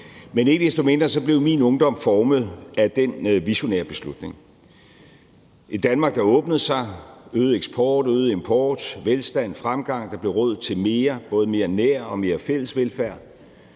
Men ikke desto mindre blev min ungdom formet af den visionære beslutning: et Danmark, der åbnede sig, øget eksport, øget import, velstand, fremgang, der blev råd til mere, både mere nær og mere fælles velfærd;